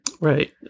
Right